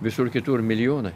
visur kitur milijonai